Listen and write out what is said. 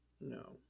No